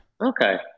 Okay